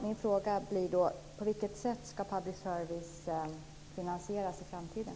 Min fråga blir då: På vilket sätt ska public service finansieras i framtiden?